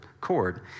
cord